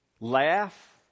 Laugh